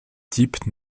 type